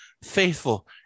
faithful